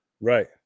Right